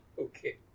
Okay